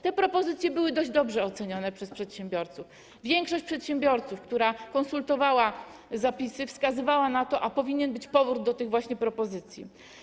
Te propozycje były dość dobrze ocenione przez przedsiębiorców, większość przedsiębiorców, która konsultowała zapisy, wskazywała na to, a powinien być powrót do tych właśnie propozycji.